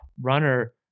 runner